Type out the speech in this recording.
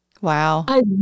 wow